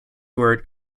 word